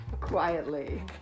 quietly